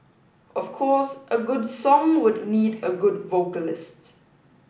of course a good song would need a good vocalist